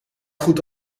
goed